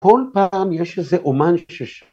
כל פעם יש איזה אומן ש